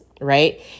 right